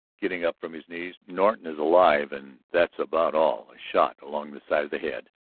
getting up from his knees. norton is alive and that's about all. a shot along the side of the head.